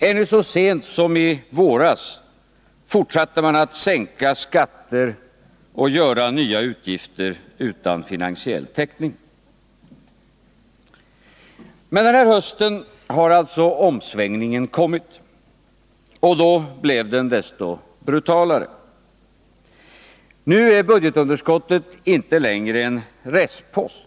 Ännu så sent som i våras fortsatte man att sänka skatter och skapa nya utgifter utan finansiell täckning. Men den här hösten har alltså omsvängningen kommit. Och då blev den desto brutalare. Nu är budgetunderskottet inte längre en restpost.